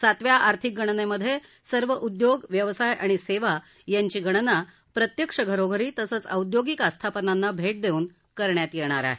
सातव्या आर्थिक गणनेमध्ये सर्व उदयोग व्यवसाय आणि सेवा यांची गणना प्रत्यक्ष घरोघरी तसंच औद्योगिक आस्थापनांना भेट देवून करण्यात येणार आहे